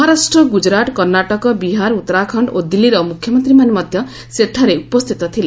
ମହାରାଷ୍ଟ୍ର ଗୁଜୁରାଟ କର୍ଷ୍ଣାଟକ ବିହାର ଉତ୍ତରାଖଣ୍ଡ ଓ ଦିଲ୍ଲୀର ମୁଖ୍ୟମନ୍ତ୍ରୀମାନେ ମଧ୍ୟ ସେଠାରେ ଉପସ୍ଥିତ ଥିଲେ